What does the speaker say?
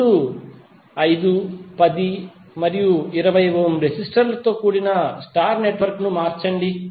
ఇప్పుడు 5 10 మరియు 20 ohm resistor లతో కూడిన స్టార్ నెట్వర్క్ ను మార్చండి